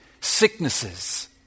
sicknesses